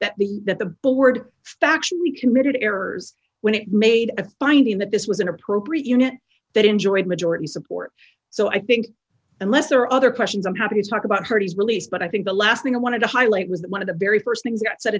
that the that the board faction be committed errors when it made a finding that this was an appropriate unit that enjoyed majority support so i think unless there are other questions i'm happy to talk about hardys release but i think the last thing i wanted to highlight was that one of the very st things that said